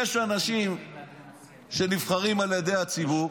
יש אנשים שנבחרים על ידי הציבור,